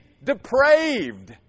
depraved